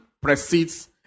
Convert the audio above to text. precedes